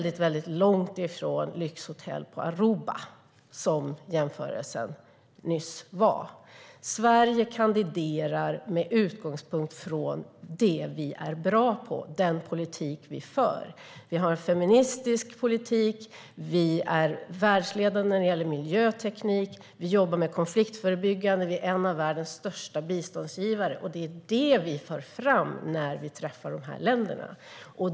Det var långt från lyxhotell på Aruba, som jämförelsen nyss var. Sverige kandiderar med utgångspunkt i det vi är bra på och den politik vi för. Vi har en feministisk politik, vi är världsledande på miljöteknik, vi jobbar med att förebygga konflikter och vi är en av världens största biståndsgivare. Det är detta vi för fram när vi träffar dessa länder.